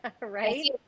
right